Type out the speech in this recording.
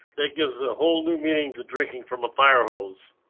that gives a whole new meaning to drinking from a firehose.